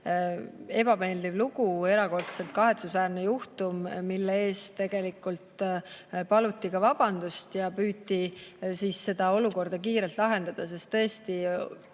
ebameeldiv lugu, erakordselt kahetsusväärne juhtum, mille eest paluti vabandust ja püüti seda olukorda kiirelt lahendada. Tõesti,